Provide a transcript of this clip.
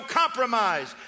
compromise